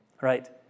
Right